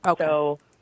Okay